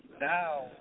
now